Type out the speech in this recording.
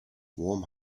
warm